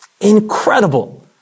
Incredible